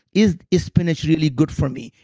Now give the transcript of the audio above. is is spinach really good for me?